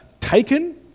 taken